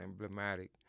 emblematic